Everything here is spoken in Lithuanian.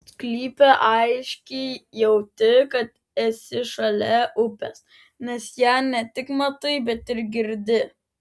sklype aiškiai jauti kad esi šalia upės nes ją ne tik matai bet ir girdi